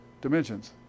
dimensions